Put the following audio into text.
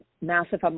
massive